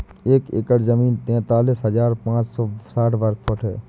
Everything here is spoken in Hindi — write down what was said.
एक एकड़ जमीन तैंतालीस हजार पांच सौ साठ वर्ग फुट है